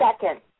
second